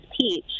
Peach